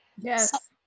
Yes